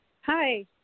Hi